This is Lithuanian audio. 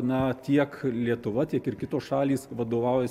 na tiek lietuva tiek ir kitos šalys vadovaujasi